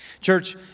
Church